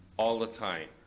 all the time.